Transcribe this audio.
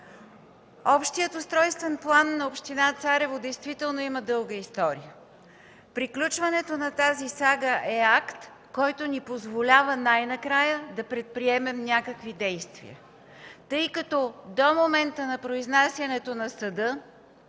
Общият устройствен план на община Царево действително има дълга история. Приключването на тази сага е акт, който ни позволява най-накрая да предприемем някакви действия, тъй като до момента на произнасянето на съда